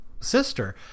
sister